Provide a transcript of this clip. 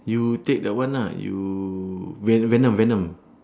you take the one ah you ve~ venom venom